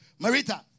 Marita